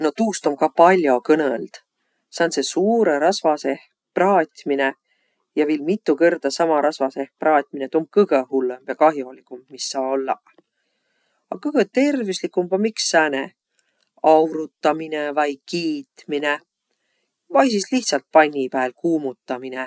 No tuust om kaq pall'o kõnõld. Sääntse suurõ rasva seeh praatminõ ja viil mitu kõrda sama rasva seeh praatminõ, tuu om kõgõ hullõmb ja kah'olikumb, mis saa ollaq. A kõgõ tervüsligumb om iks sääne aurutaminõ vai kiitmine vai sis lihtsalt panni pääl kuumutaminõ.